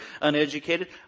uneducated